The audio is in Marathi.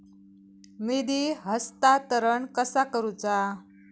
निधी हस्तांतरण कसा करुचा?